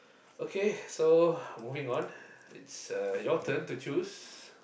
okay so moving on it's uh your turn to choose